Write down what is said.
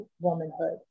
womanhood